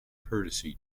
courtesy